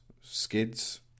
Skids